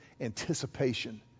anticipation